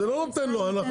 אז זה לא נותן לו הנחה.